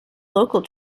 local